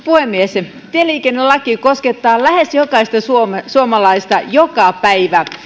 puhemies tieliikennelaki koskettaa lähes jokaista suomalaista joka päivä